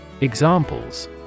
Examples